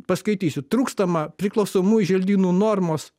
paskaitysiu trūkstamą priklausomųjų želdynų normos